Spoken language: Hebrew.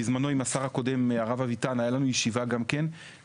בזמנו עם השר הקודם הרב אביטן הייתה לנו ישיבה גם כן,